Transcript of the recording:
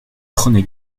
prenez